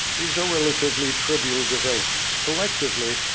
these are relatively trivial developments. collectively,